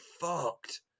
fucked